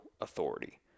authority